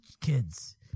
Kids